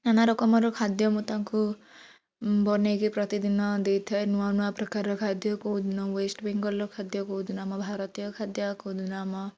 ନାନା ରକମର ଖାଦ୍ୟ ମୁଁ ତାଙ୍କୁ ବନେଇକି ପ୍ରତିଦିନ ଦେଇଥାଏ ନୂଆ ନୂଆ ପ୍ରକାରର ଖାଦ୍ୟ କେଉଁଦିନ ୱଷ୍ଟବେଂଗଲର ଖାଦ୍ୟ କେଉଁଦିନ ଆମ ଭାରତୀୟ ଖାଦ୍ୟ କେଉଁଦିନ ଆମ